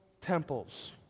temples